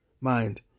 Mind